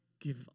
give